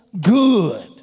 good